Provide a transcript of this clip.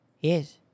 Yes